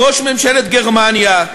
ראש ממשלת גרמניה,